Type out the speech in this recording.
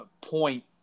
point